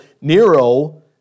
Nero